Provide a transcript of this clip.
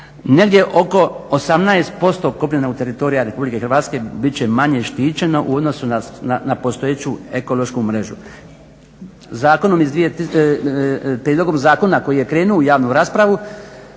EU negdje oko 18% kopnenog teritorija RH bit će manje štićeno u odnosu na postojeću ekološku mrežu. Zakonom iz, prijedlogom zakona koji je krenuo u javnu raspravu